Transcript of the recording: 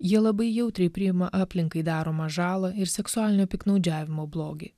jie labai jautriai priima aplinkai daromą žalą ir seksualinio piktnaudžiavimo blogį